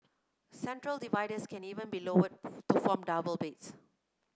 central dividers can even be lowered to form double beds